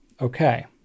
Okay